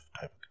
type